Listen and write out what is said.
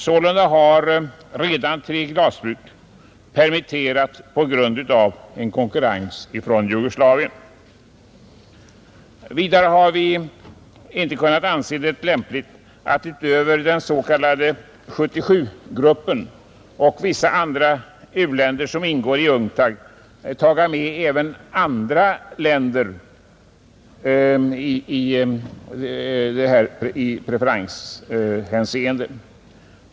Sålunda har redan tre glasbruk permitterat på grund av konkurrens från Jugoslavien. Vidare har vi inte kunnat anse det lämpligt att utöver den s.k. 77-gruppen och vissa andra u-länder som ingår i UNCTAD ta med även andra länder i preferenshänseende.